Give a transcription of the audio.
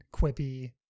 quippy